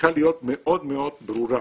צריכה להיות מאוד מאוד ברורה,